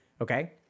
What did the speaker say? okay